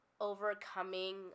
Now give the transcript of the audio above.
Overcoming